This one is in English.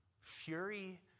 fury